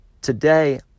today